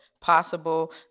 possible